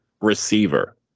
receiver